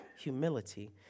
humility